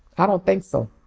i don't think so.